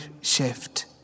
shift